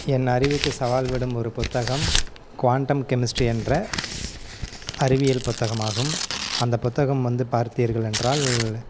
என் அறிவுக்கு சவால் விடும் ஒரு புத்தகம் குவாண்டம் கெமிஸ்ட்ரி என்ற அறிவியல் புத்தகமாகும் அந்த புத்தகம் வந்து பார்த்தீர்கள் என்றால்